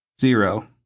Zero